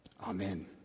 Amen